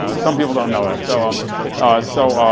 ah some people don't know it, so. um so